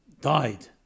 died